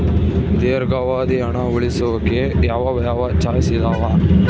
ದೇರ್ಘಾವಧಿ ಹಣ ಉಳಿಸೋಕೆ ಯಾವ ಯಾವ ಚಾಯ್ಸ್ ಇದಾವ?